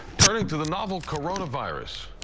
turning to the novel coronavirus.